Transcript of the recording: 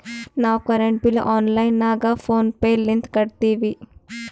ನಾವು current bill online ನಾಗ PhonePe ಲಿಂತ ಕಟ್ಟತ್ತಿವಿ